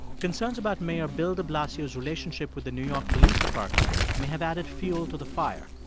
concerns about mayor bill de blasio's relationship with the new york police department may have added fuel to the fire.